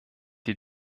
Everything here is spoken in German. die